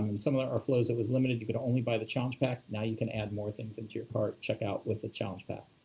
in some of our our flows, it was limited, you can only buy the challenge pack, now you can add more things into your cart checkout with a challenge pack.